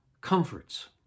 comforts